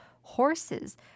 horses